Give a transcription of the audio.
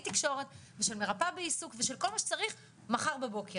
תקשורת ושל מרפאה בעיסוק ושל כל מה שצריך מחר בבוקר.